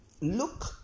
look